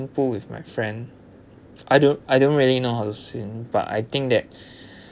swimming pool with my friend I don't I don't really know how to swim but I think that